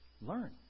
learn